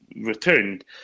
returned